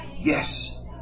Yes